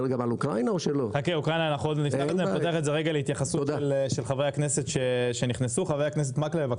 חבר הכנסת אורי מקלב.